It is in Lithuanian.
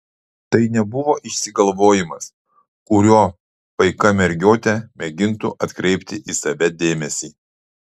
tai nebuvo išsigalvojimas kuriuo paika mergiotė mėgintų atkreipti į save dėmesį